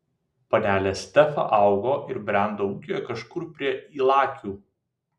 panelė stefa augo ir brendo ūkyje kažkur prie ylakių